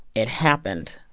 it happened.